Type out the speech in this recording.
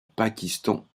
pakistan